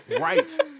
Right